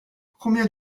combien